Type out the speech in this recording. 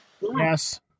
Yes